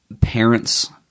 parents